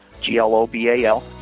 G-L-O-B-A-L